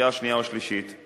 לקריאה השנייה ולקריאה השלישית.